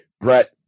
Brett